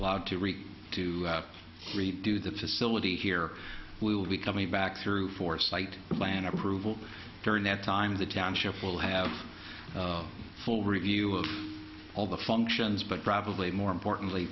allowed to return to redo the facility here will be coming back through foresight plan approval during that time the township will have full review of all the functions but probably more importantly